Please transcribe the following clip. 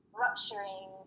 rupturing